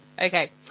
Okay